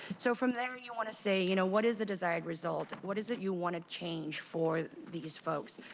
so from there you want to say you know what is the desired result? what is it that you want to change for these folks?